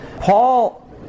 Paul